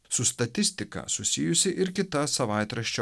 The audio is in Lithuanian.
su statistika susijusi ir kita savaitraščio